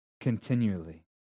continually